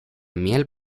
miel